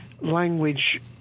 language